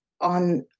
on